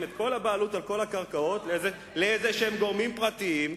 את כל הבעלות על כל הקרקעות לגורמים פרטיים כלשהם.